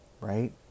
right